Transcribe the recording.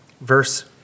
verse